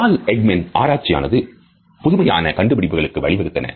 Paul Ekmans ஆராய்ச்சியானது புதுமையான கண்டுபிடிப்புகளுக்கு வழிவகுத்தன